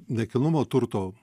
nekilnojamo turto